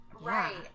Right